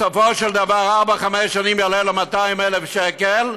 בסופו של דבר, ארבע-חמש שנים יעלו לו 200,000 שקל,